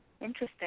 Interesting